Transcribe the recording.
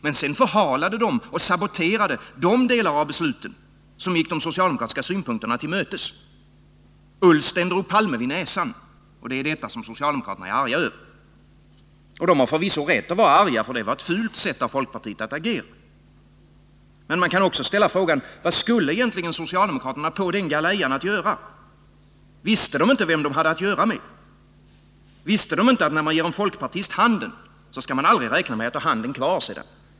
Men sedan förhalade och saboterade den de delar av besluten som gick de socialdemokratiska synpunkterna till mötes. Ullsten drog Palme vid näsan. Det är detta som socialdemokraterna är arga över. De har förvisso rätt att vara arga, för det var ett fult sätt av folkpartiet att agera. Men man kan också ställa frågan: Vad skulle egentligen socialdemokraterna på den galejan att göra? Visste de inte vem de hade att göra med? Visste de inte att om man ger en folkpartist handen, så skall man aldrig räkna med att ha handen kvar sedan?